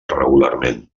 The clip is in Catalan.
regularment